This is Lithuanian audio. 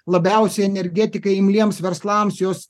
labiausiai energetikai imliems verslams jos